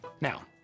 Now